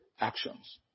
actions